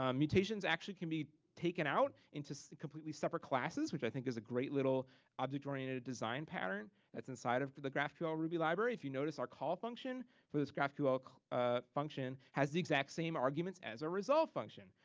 um mutations actually can be taken out into completely separate classes, which i think is a great, little object oriented design pattern that's inside of the graphql ruby library. if you notice our call function for this graphql ah function has the exact same arguments as a resolve function.